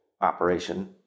operation